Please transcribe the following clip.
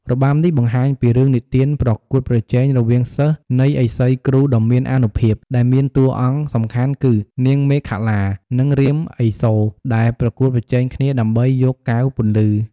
របាំនេះបង្ហាញពីរឿងនិទានប្រកួតប្រជែងរវាងសិស្សនៃឥសីគ្រូដ៏មានអានុភាព ដែលមានតួអង្គសំខាន់គឺ នាងមេខលា និង រាមឥសូរ ដែលប្រកួតប្រជែងគ្នាដើម្បីយកកែវពន្លឺ។